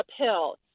uphill